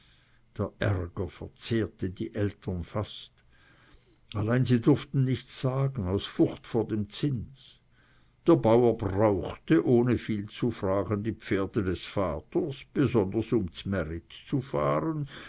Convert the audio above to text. verzehrte die eltern fast allein sie durften nichts sagen aus furcht vor dem zins der bauer brauchte ohne viel zu fragen die pferde des vaters besonders um z'märit zu fahren